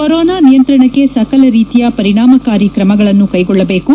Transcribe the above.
corona ನಿಯಂತ್ರಣಕ್ಕೆ ಸಕಲ ರೀತಿಯ ಪರಿಣಾಮಕಾರಿ ಕ್ರಮಗಳನ್ನು ಕೈಗೊಳ್ಳಬೇಕು